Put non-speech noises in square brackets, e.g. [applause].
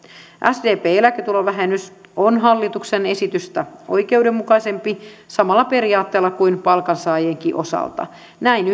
sdpn eläketulovähennys on hallituksen esitystä oikeudenmukaisempi samalla periaatteella kuin palkansaajienkin osalta näin [unintelligible]